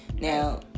Now